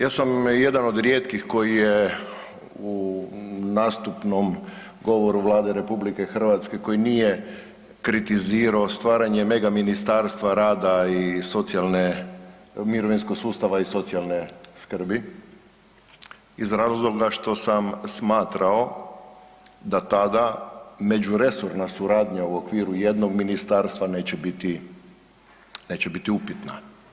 Ja sam jedan od rijetkih koji je u nastupnom govoru Vlade RH koji nije kritizirao stvaranje mega Ministarstva rada i socijalne, mirovinskog sustava i socijalne skrbi iz razloga što sam smatrao da tada međuresorna suradnja u okviru jednog ministarstva neće biti, neće biti upitna.